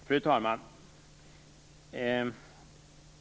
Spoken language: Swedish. Fru talman!